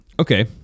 Okay